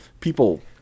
people